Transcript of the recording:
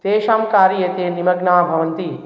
तेषां कार्ये ते निमग्नाः भवन्ति